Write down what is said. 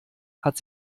hat